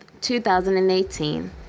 2018